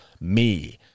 me